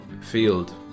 field